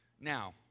Now